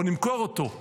בואו נמכור אותו.